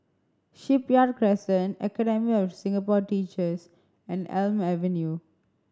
Shipyard Crescent Academy of Singapore Teachers and Elm Avenue